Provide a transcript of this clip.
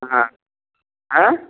হ্যাঁ হ্যাঁ